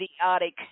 idiotic